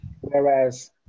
whereas